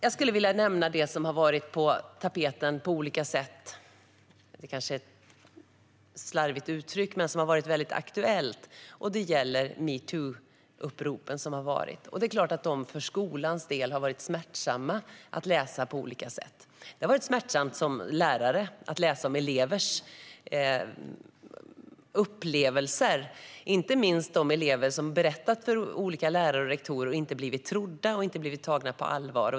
Jag skulle vilja nämna det som har varit på tapeten på olika sätt och som har varit väldigt aktuellt, även om detta kanske är ett slarvigt uttryck. Det gäller metoo-uppropen. Det är klart att dessa för skolans del har varit smärtsamma att läsa. Det har varit smärtsamt att som lärare läsa om elevers upplevelser - inte minst om elever som berättat för olika lärare och rektorer men inte blivit trodda eller tagna på allvar.